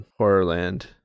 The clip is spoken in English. Horrorland